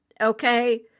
okay